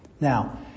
Now